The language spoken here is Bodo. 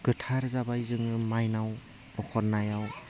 गोथार जाबाय जोङो माइनाव ओंखारनायाव